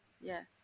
Yes